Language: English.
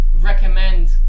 Recommend